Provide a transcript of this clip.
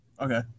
okay